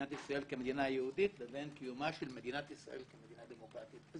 מדינת ישראל כמדינה יהודית לבין קיומה של מדינת ישראל כמדינה דמוקרטית,